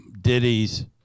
ditties